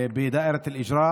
הריבית הייתה גבוהה.